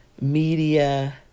media